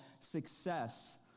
success